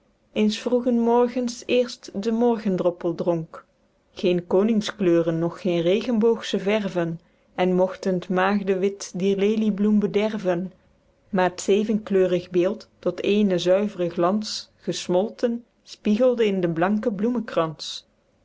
eens vroegen morgens eerst den morgendroppel dronk geen koningskleuren noch geen regenboogsche verven en mogten t maegdewit dier leliebloem bederven maer t zevenkleurig beeld tot éénen zuivren glans gesmolten spiegelde in den blanken